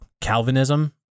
Calvinism